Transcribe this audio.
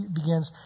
begins